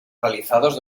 realizados